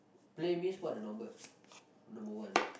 play means what the number number one